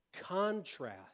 contrast